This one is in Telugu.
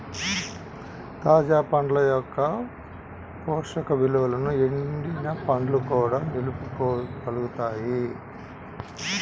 తాజా పండ్ల యొక్క పోషక విలువలను ఎండిన పండ్లు కూడా నిలుపుకోగలుగుతాయి